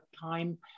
time